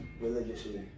religiously